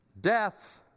Death